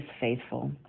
faithful